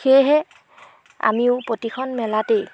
সেয়েহে আমিও প্ৰতিখন মেলাতেই